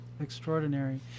extraordinary